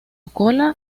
cola